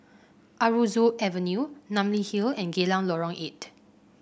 Aroozoo Avenue Namly Hill and Geylang Lorong Eight